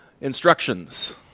instructions